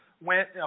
went